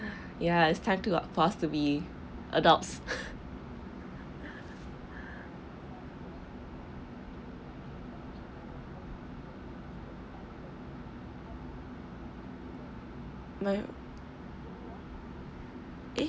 ya it's time to a for us to be adults no eh